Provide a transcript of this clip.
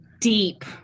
deep